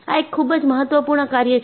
આ એક ખૂબ જ મહત્વપૂર્ણ કાર્ય છે